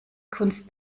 kunst